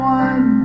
one